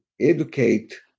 educate